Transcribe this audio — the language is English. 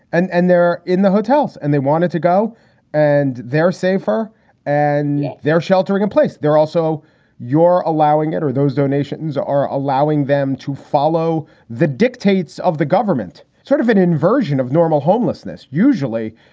and and they're in the hotels. and they wanted to go and they're safer and they're sheltering in place. they're also you're allowing it or those donations are allowing them to follow the dictates of the government, sort of an inversion of normal homelessness usually.